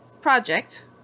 project